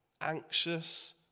anxious